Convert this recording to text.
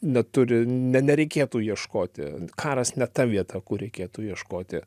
neturi ne nereikėtų ieškoti karas ne ta vieta kur reikėtų ieškoti